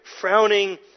frowning